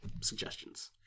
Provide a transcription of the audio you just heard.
suggestions